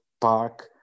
park